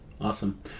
Awesome